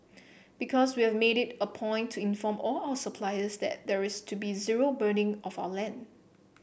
because we have made it a point to inform all our suppliers that there is to be zero burning of our land